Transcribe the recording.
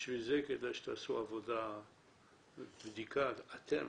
בשביל זה כדאי שתעשו עבודת בדיקה כי אתם